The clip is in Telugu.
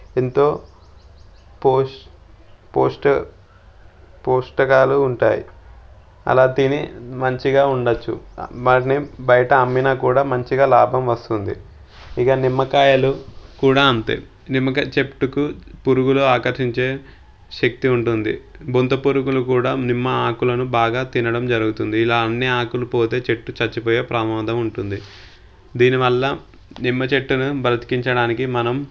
ఎంతో పోస్ట్ పోస్టర్ పోస్టకాలు ఉంటాయి అలా తిని మంచిగా ఉండొచ్చు మళ్లీ బయట అమ్మినా కూడా మంచిగా లాభం వస్తుంది ఇక నిమ్మకాయలు కూడా అంతే నిమ్మకాయ చెట్టుకు పురుగులు ఆకర్షించే శక్తి ఉంటుంది బొంత పురుగులు కూడా నిమ్మ ఆకులను బాగా తినడం జరుగుతుంది ఇలా అన్ని ఆకులు పోతే చెట్టు చచ్చిపోయే ప్రమాదం ఉంటుంది దీనివల్ల నిమ్మ చెట్టును బ్రతికించడానికి మనం